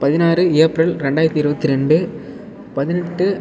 பதினாறு ஏப்ரல் இரண்டாயிரத்தி இருபத்திரெண்டு பதினெட்டு